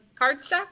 cardstock